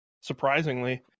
Surprisingly